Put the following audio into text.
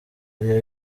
ariyo